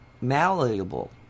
malleable